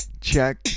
Check